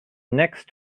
next